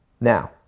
Now